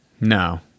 No